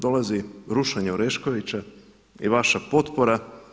Dolazi rušenje Oreškovića i vaša potpora.